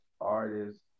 artists